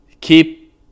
keep